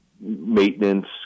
maintenance